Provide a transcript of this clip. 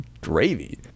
gravy